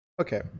Okay